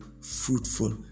fruitful